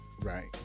Right